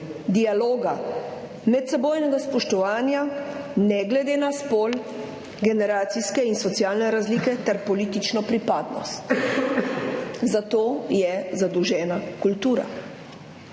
dialoga, medsebojnega spoštovanja ne glede na spol, generacijske in socialne razlike ter politično pripadnost. Za to je zadolžena kultura.